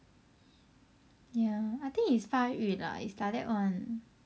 ya I think it's 发育 lah it's like that [one]